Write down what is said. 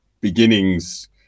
beginnings